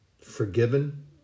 forgiven